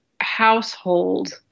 household